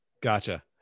Gotcha